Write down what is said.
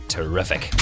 Terrific